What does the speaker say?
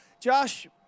Josh